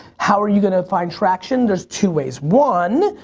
how are you gonna find traction? there's two ways. one,